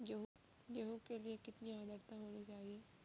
गेहूँ के लिए कितनी आद्रता होनी चाहिए?